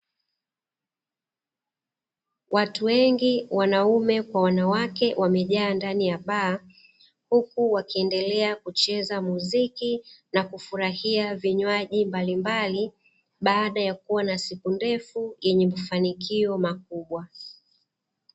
Watu wengi wanaume kwa wanawake wamejaa ndani ya baa, huku wakiendelea kucheza muziki na kufurahia vinywaji mbalimbali, baada ya kuwa na siku ndefu yenye mafanikio makubwa.